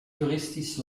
toeristisch